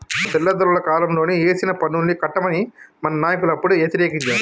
మన తెల్లదొరల కాలంలోనే ఏసిన పన్నుల్ని కట్టమని మన నాయకులు అప్పుడే యతిరేకించారు